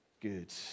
good